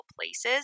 places